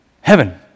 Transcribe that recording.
heaven